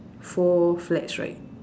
four flags right